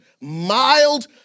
mild